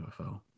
UFO